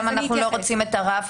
למה אנחנו לא רוצים את הרף?